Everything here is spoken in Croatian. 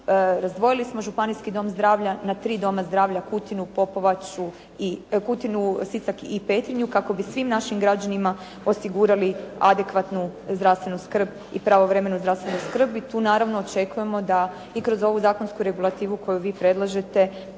Razdvojili smo županijski dom zdravlja na tri doma zdravlja Kutinu, Sisak i Petrinju kako bi svim našim građanima osigurali adekvatnu zdravstvenu skrb i pravovremenu zdravstvenu skrb i tu naravno očekujemo da i kroz ovu zakonsku regulativu koju vi predlažete